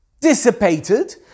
dissipated